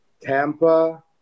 Tampa